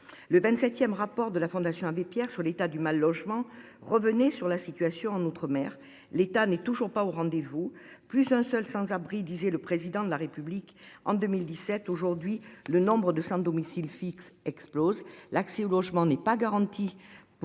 Le 27e rapport de la Fondation Abbé Pierre sur l'état du mal logement revenez sur la situation en Outre-mer l'État n'est toujours pas au rendez-vous. Plus un seul sans disait le président de la République en 2017, aujourd'hui. Le nombre de sans-domicile-fixe explose l'accès au logement n'est pas garanti